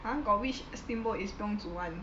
!huh! got which steamboat is 不用煮 [one]